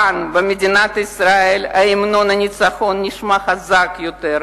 כאן, במדינת ישראל, המנון הניצחון נשמע חזק יותר.